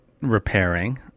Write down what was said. repairing